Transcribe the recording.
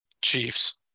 Chiefs